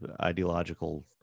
ideological